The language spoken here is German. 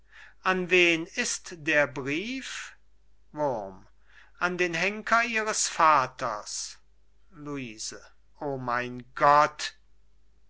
an wen ist der brief wurm an den henker ihres vaters luise o mein gott